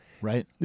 Right